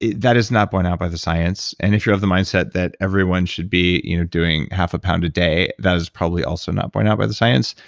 that is not born out by the science. and if you're of the mindset that everyone should be you know doing half a pound a day, that is probably also not born out by the science.